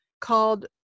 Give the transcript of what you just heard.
called